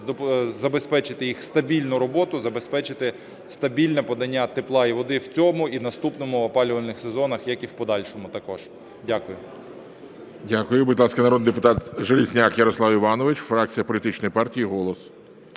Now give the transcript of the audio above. забезпечити їх стабільну роботу, забезпечити стабільне подання тепла і води в цьому і наступному опалювальних сезонах, як і в подальшому також. Дякую. 10:40:45 ГОЛОВУЮЧИЙ. Дякую. Будь ласка, народний депутат Железняк Ярослав Іванович, фракція політичної партії "Голос".